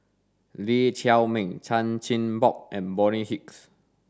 Lee Chiaw Meng Chan Chin Bock and Bonny Hicks